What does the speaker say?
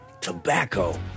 tobacco